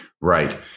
Right